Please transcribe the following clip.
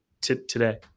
today